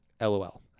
LOL